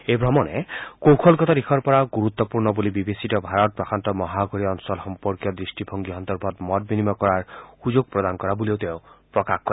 এই ভ্ৰমণে কৌশলগত দিশৰ পৰা গুৰুত্পূৰ্ণ বুলি বিবেচিত ভাৰত প্ৰশান্ত মহাসাৰগীয় অঞ্চল সম্পৰ্কীয় দৃষ্টিভংগী সন্দৰ্ভত মত বিনিময় কৰাৰ সুযোগ প্ৰদান কৰা বুলিও তেওঁ প্ৰকাশ কৰে